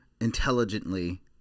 intelligently